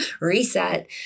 reset